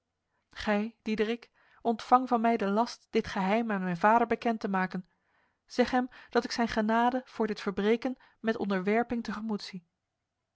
gij diederik ontvang van mij de last dit geheim aan mijn vader bekend te maken zeg hem dat ik zijn genade voor dit verbreken met onderwerping tegemoet zie